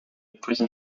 prison